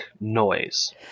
noise